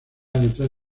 detrás